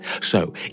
So